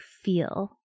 feel